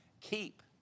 Keep